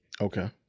Okay